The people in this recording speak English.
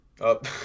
Up